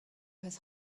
his